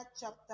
chapter